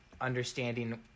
understanding –